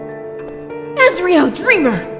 asriel dreemurr,